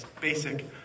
basic